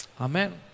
Amen